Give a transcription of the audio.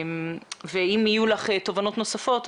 אם יהיו לך תובנות נוספות,